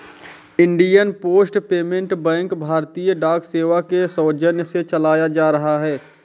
Indian post payment bank भारतीय डाक सेवा के सौजन्य से चलाया जा रहा है